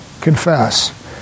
confess